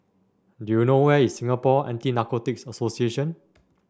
do you know where is Singapore Anti Narcotics Association